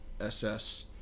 SS